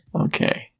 okay